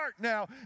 now